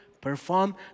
perform